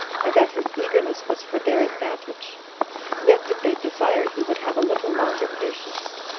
and that his eagerness was for their advantage yet did they desire he would have a little longer patience,